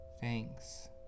thanks